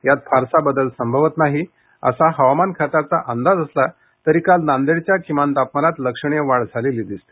यात फारसा बदल संभवत नाही असा हवामान खात्याचा अंदाज असला तरी काल नांदेडच्या किमान तापमानात लक्षणीय वाढ झालेली दिसते